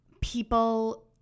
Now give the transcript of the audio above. people